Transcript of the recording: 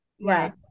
Right